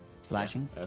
Slashing